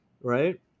right